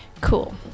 cool